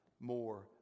more